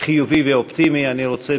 חיובי ואופטימי: אני רוצה,